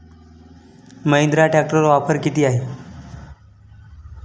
महिंद्रा ट्रॅक्टरवर ऑफर किती आहे?